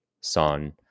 Son